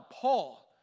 Paul